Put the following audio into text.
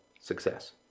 success